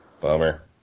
Bummer